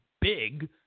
big